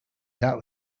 that